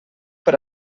per